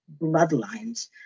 bloodlines